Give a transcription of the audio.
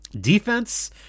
Defense